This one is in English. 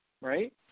Right